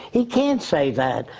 he can't say that.